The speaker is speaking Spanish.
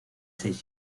seis